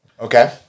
Okay